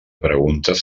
preguntes